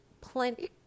plenty